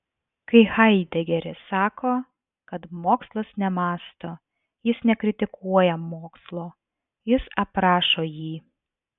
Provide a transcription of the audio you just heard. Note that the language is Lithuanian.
kai haidegeris sako kad mokslas nemąsto jis nekritikuoja mokslo jis aprašo jį